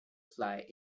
fly